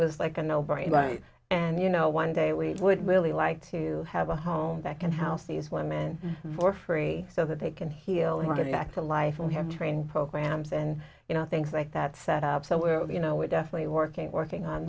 was like a no brainer right and you know one day we would really like to have a home that can house these women for free so that they can heal her back to life and we have training programs and you know things like that set up so well you know we're definitely working working on